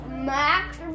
Max